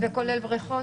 וכולל בריכות?